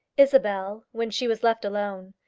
isabel, when she was left alone,